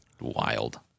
wild